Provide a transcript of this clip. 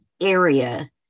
area